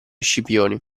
scipioni